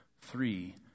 three